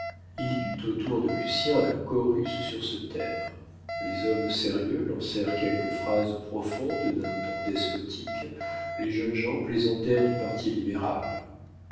il y eut autour de lucien un chorus sur ce thème les hommes sérieux lancèrent quelques phrases profondes d'un ton despotique les jeunes gens plaisantèrent du parti libéral